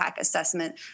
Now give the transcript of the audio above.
assessment